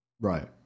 Right